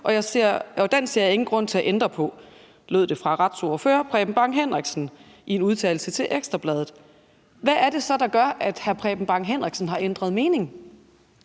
og den ser jeg ingen grund til at ændre på. Sådan lød det fra retsordfører Preben Bang Henriksen i en udtalelse til Ekstra Bladet. Hvad er det så, der gør, at hr. Preben Bang Henriksen har ændret mening?